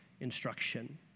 instruction